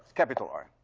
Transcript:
capital r.